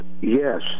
yes